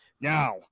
Now